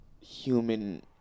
human